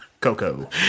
Coco